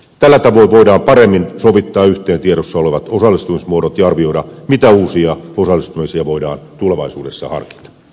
tällä tavoin voidaan paremmin sovittaa yhteen tiedossa olevat osallistumismuodot ja arvioida mitä uusia osallistumisia voidaan tulevaisuudessa harkita